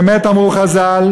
באמת אמרו חז"ל,